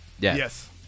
Yes